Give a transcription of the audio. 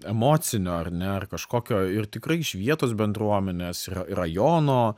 emocinio ar ne ar kažkokio ir tikrai iš vietos bendruomenės ir rajono